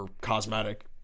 cosmetic